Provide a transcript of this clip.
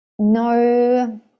No